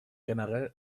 generell